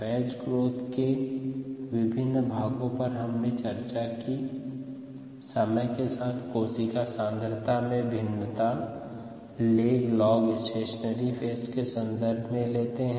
batch growth के विभिन्न भागों पर हमने चर्चा की समय के साथ कोशिका सांद्रता में भिन्नता लेग लॉग और स्टेशनरी फेज के संदर्भ में लेते है